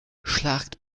schlagt